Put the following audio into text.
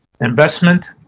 investment